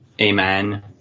Amen